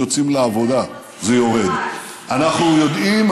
עם שיעורי העוני הגבוהים ביותר במערב.